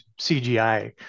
cgi